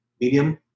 medium